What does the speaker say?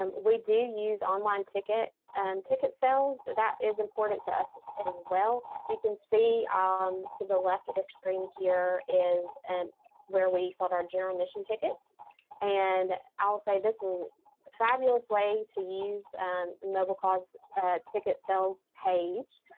um we do use online ticket and ticket sales, so that is important to us as well. you can see um to the left of the screen here is and where we sold our general admission tickets and i'll say this was a fabulous way to use mobilecause ah ticket sales page.